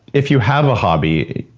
if you have a hobby,